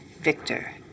Victor